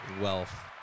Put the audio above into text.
Wealth